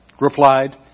replied